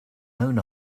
own